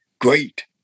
great